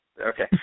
Okay